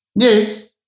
Yes